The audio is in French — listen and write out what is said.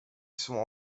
sont